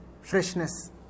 freshness